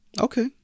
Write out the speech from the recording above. Okay